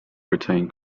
retain